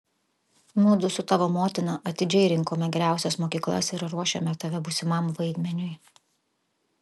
mudu su tavo motina atidžiai rinkome geriausias mokyklas ir ruošėme tave būsimam vaidmeniui